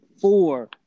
four